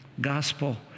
Gospel